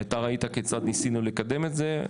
אתה ראית כיצד ניסינו לקדם את זה,